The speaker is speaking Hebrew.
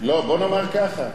לא, בוא נאמר ככה.